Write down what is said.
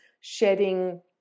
shedding